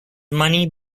money